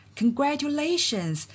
congratulations